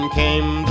came